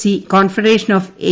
C confederation of A